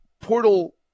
portal